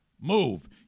move